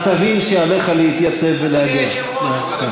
אז תבין שעליך להתייצב ולהגן.